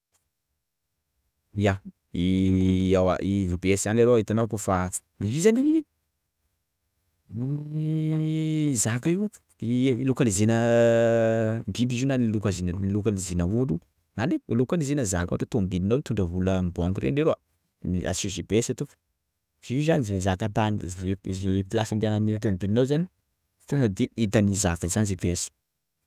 Ia, ewa i GPS zany leroa, itanao kôfa izy io zany i zaka io localisena biby izy io na i localise- ilocalisena olo any! _x000D_ I localisena zaka, ohatra tomobilinao mitondra vola amin'ny banky reny leroa asio GPS to; fa io zany ze zaka tany ze ze plasy andehanan'ny tomobilinao zany tonga de itan'ny zaka zany GPS.